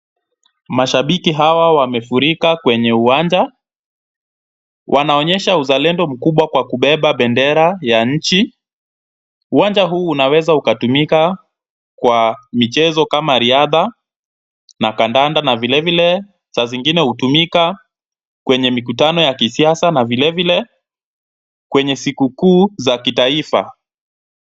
Mashabiki hawa wamefurika kwenye uwanja, wanaonyesha uzalendo mkubwa kwa kubeba bendera ya nchi, uwanja huu unaweza ukatumika kwa michezo kama riadha na kandanda na vile vile saa zingine hutumika kwenye mikutano ya kisiasa na vile vile kwenye sikukuu za kitaifa.